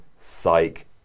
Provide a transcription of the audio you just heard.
psych